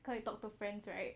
可以 talk to friends right